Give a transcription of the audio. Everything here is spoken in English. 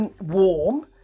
warm